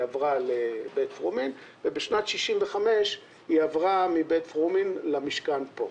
היא עברה לבית פרומין היא עברה מבית פרומין למשכן פה,